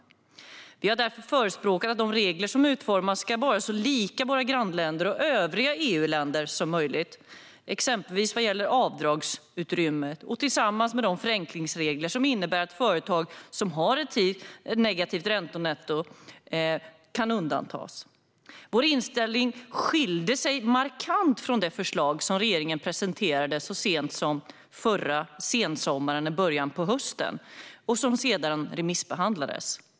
Vi har därför förespråkat att de regler som utformas ska vara så lika våra grannländers och övriga EU-länders som möjligt, exempelvis vad gäller avdragsutrymmet, tillsammans med de förenklingsregler som innebär att företag som har ett negativt räntenetto kan undantas. Vår inställning skilde sig markant från det förslag som regeringen presenterade så sent som förra sensommaren och i början på hösten och som sedan remissbehandlades.